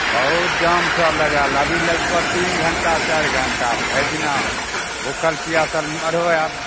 बहुत जाम छऽ लगल अभी लगतो तीन घंटा चारि घंटा भरि दिना भूखल पियासल मरहो आब